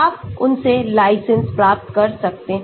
आप उनसे लाइसेंस प्राप्त कर सकते हैं